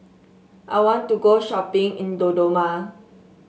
I want to go shopping in Dodoma